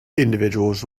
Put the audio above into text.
individuals